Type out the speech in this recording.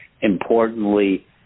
Importantly